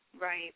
Right